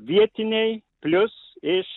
vietiniai plius iš